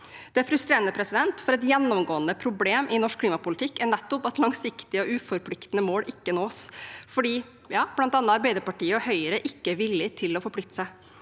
er frustrerende, for et gjennomgående problem i norsk klimapolitikk er nettopp at langsiktige og uforpliktende mål ikke nås, fordi bl.a. Arbeiderpartiet og Høyre ikke er villige til å forplikte seg.